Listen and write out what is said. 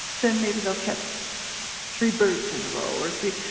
then maybe they'll catch three birds in a row or three,